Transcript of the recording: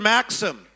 Maxim